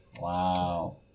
Wow